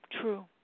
True